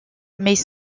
mais